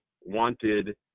wanted –